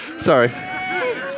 sorry